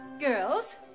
Girls